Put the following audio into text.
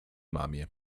mamie